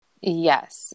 Yes